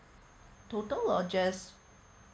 total or just